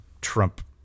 Trump